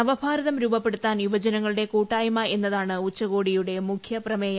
നവഭാരതം രൂപ്പപ്പെടുത്താൻ യുവജനങ്ങളുടെ കൂട്ടായ്മ എന്നതാണ് ഉച്ചകോടിയുടെ മുഖ്യ പ്രമേയം